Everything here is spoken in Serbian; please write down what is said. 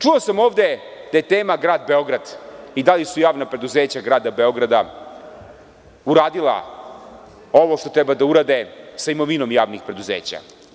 Čuo sam ovde da je tema grad Beograd i da li su javna preduzeća grada Beograda uradila ovo što treba da urade sa imovinom javnih preduzeća.